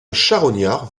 charognard